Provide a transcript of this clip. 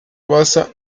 basa